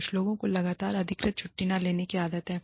कुछ लोगों को लगातार अधिकृत छुट्टी न लेने की आदत है